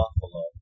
Buffalo